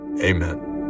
amen